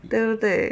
对不对